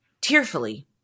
Tearfully